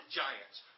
giants